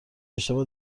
اشتباه